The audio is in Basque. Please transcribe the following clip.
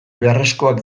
beharrezkoak